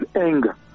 anger